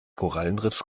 korallenriffs